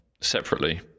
separately